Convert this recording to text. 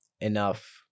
enough